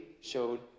showed